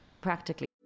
practically